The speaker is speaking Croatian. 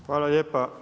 Hvala lijepa.